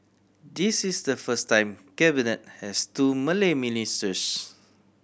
this is the first time Cabinet has two Malay ministers